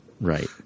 Right